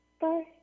Bye